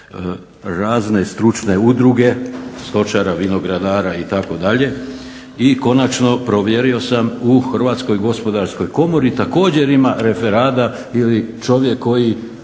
razne stručne udruge stočara, vinogradara itd. I konačno provjerio sam u Hrvatskoj gospodarskoj komori također ima referada ili čovjek koji